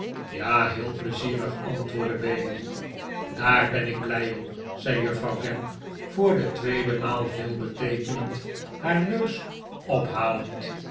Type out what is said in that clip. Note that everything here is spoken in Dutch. ja heel pleizierig antwoordde bailey daar ben ik blij om zei juffrouw gamp voor de tweede maal veelbeteekenend haar neus ophalend